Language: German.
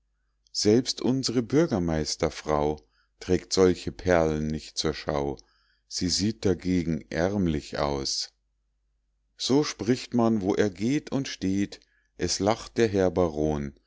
selbst unsre bürgermeisterfrau trägt solche perlen nicht zur schau sie sieht dagegen ärmlich aus so spricht man wo er geht und steht es lacht der herr baron